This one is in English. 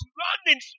running